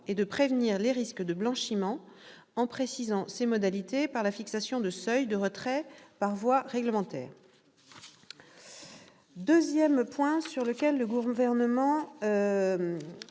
et de prévenir les risques de blanchiment en précisant ses modalités, par la fixation de seuils de retrait par voie réglementaire. En deuxième lieu, le Gouvernement